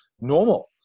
normal